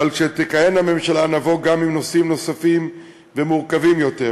וכשתכהן הממשלה נבוא עם נושאים נוספים ומורכבים יותר.